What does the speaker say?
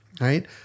Right